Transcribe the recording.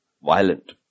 violent